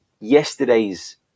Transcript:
yesterday's